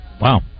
Wow